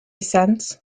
cents